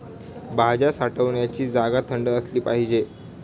भाज्या साठवण्याची जागा थंड असली पाहिजे